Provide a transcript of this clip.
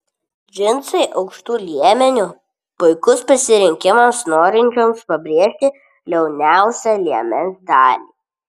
džinsai aukštu liemeniu puikus pasirinkimams norinčioms pabrėžti liauniausią liemens dalį